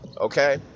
okay